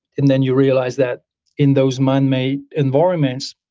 and then you realize that in those man made environments,